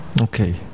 okay